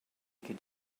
could